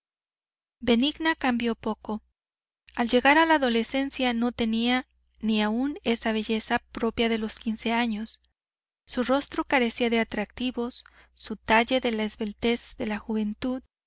benigna cambió poco al llegar a la adolescencia no tenía ni aun esa belleza propia de los quince años su rostro carecía de atractivos su talle de la esbeltez de la juventud